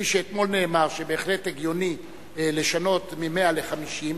כפי שאתמול נאמר, שבהחלט הגיוני לשנות מ-100 ל-50,